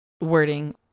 wording